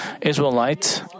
Israelites